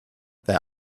their